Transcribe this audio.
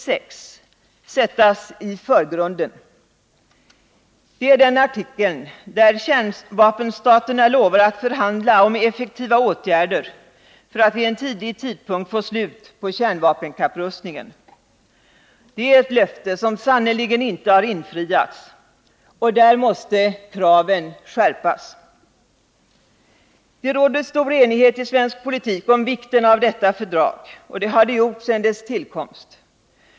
Det är den artikel där kärnvapenstaterna lovar att förhandla om effektiva åtgärder för att vid en tidig tidpunkt få slut på kärnvapenkapprustningen. Det är ett löfte som sannerligen inte har infriats. Där måste kraven skärpas. Det råder i svensk politik stor enighet om vikten av detta fördrag, och så har varit fallet sedan dess tillkomst.